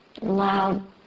loud